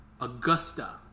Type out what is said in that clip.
Augusta